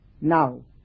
Now